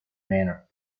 manner